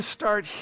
start